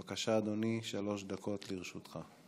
בבקשה, אדוני, שלוש דקות לרשותך.